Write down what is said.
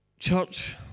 Church